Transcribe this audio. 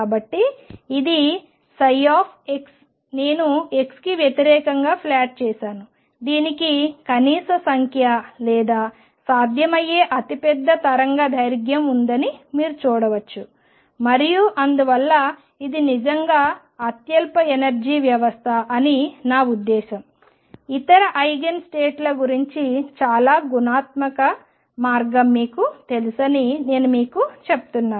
కాబట్టి ఇది ψ నేను x కి వ్యతిరేకంగా ప్లాట్ చేసాను దీనికి కనీస సంఖ్య లేదా సాధ్యమయ్యే అతిపెద్ద తరంగదైర్ఘ్యం ఉందని మీరు చూడవచ్చు మరియు అందువల్ల ఇది నిజంగా అత్యల్ప ఎనర్జీ వ్యవస్థ అని నా ఉద్దేశ్యం ఇతర ఐగెన్ స్టేట్ల గురించి చాలా గుణాత్మక మార్గం మీకు తెలుసని నేను మీకు చెప్తున్నాను